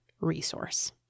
resource